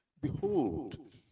Behold